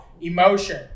emotion